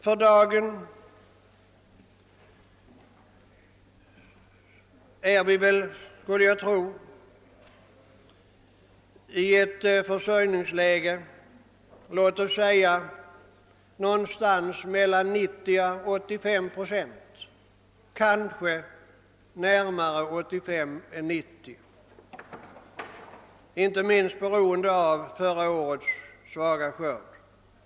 För närvarande ligger vår självförsörjningsgrad, skulle jag tro, mellan 85 och 90 procent — kanske närmare 85 än 90. Orsaken är inte minst förra årets svaga skörd.